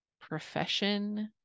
profession